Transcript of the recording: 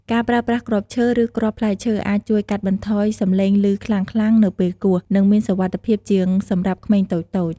ការប្រើប្រាស់គ្រាប់ឈើ ឬគ្រាប់ផ្លែឈើអាចជួយកាត់បន្ថយសំឡេងឮខ្លាំងៗនៅពេលគោះ និងមានសុវត្ថិភាពជាងសម្រាប់ក្មេងតូចៗ។